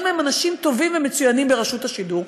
מהם אנשים טובים ומצוינים ברשות השידור,